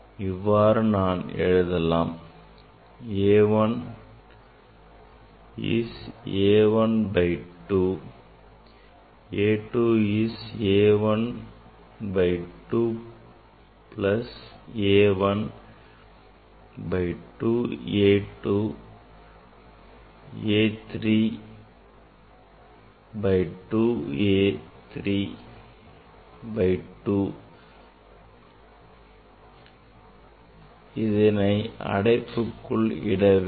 இவ்வாறு நான் எழுதலாம் அதாவது A 1 is A 1 by 2 A 2 is A 1 by 2 plus A 1 by 2 A 2 A 3 A 3 by 2 A 3 by 2 this I ஐ அடைப்புக்குறிக்குள் இட வேண்டும்